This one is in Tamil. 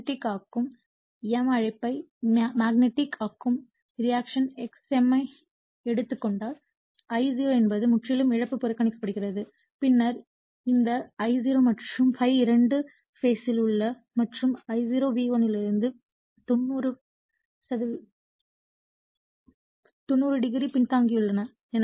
மேக்னெட்டிக் ஆக்கும் m அழைப்பு மேக்னெட்டிக் ஆக்கும் ரியாக்டன்ஸ் x m ஐ எடுத்துக் கொண்டால் I0 என்பது முற்றிலும் இழப்பு புறக்கணிக்கப்படுகிறது பின்னர் இந்த I0 மற்றும் ∅ இரண்டும் பேஸ் ல் உள்ளன மற்றும் I0 V1 இலிருந்து 90o பின்தங்கியுள்ளன